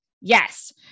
Yes